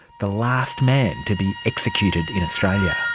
the last man to be executed in australia.